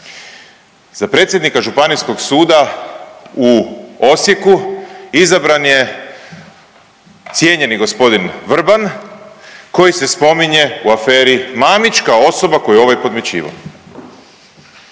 Za predsjednika Županijskog suda u Osijeku izabran je cijenjeni g. Vrban koji se spominje u aferi Mamić kao osoba koju je ovaj podmićivao.